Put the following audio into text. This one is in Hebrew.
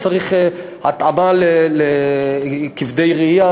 צריך התאמה לכבדי ראייה,